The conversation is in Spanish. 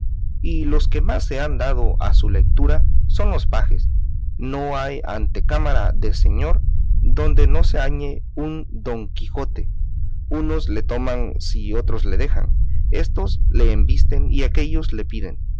y los que más se han dado a su letura son los pajes no hay antecámara de señor donde no se halle un don quijote unos le toman si otros le dejan éstos le embisten y aquéllos le piden